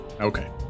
Okay